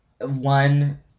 one